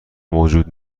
موجود